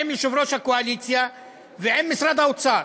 עם יושב-ראש הקואליציה ועם משרד האוצר,